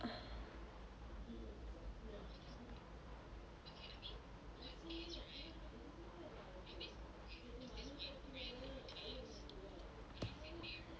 uh